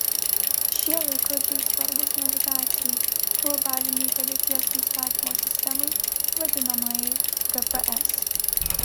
šie laikrodžiai svarbūs navigacijai globalinei padėties nustatymo sistemai vadinamajai gps